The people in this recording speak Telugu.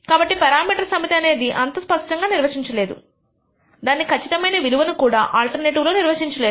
కాబట్టి పేరామీటర్ సమితి అనేది అంత స్పష్టంగా గా నిర్వచిం చలేదు దాని ఖచ్చితమైన విలువ కూడా ఆల్టర్నేటివ్ లో నిర్వహించలేదు